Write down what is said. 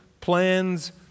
plans